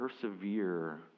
persevere